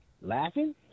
laughing